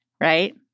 Right